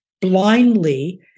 blindly